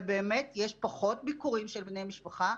ובאמת יש פחות ביקורים של בני משפחה.